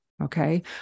Okay